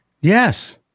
Yes